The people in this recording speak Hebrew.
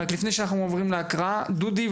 לפני שאנחנו עוברים להקראה דודי,